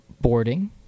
boarding